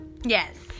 Yes